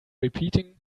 repeating